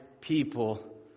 people